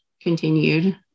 continued